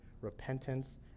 repentance